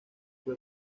fue